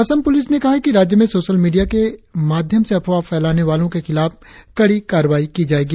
Assam police ने कहा है कि राज्य में सोशल मीडिया के माध्यम से अफवाह फैलाने वालों के खिलाफ कड़ी कार्रवाई की जाएगी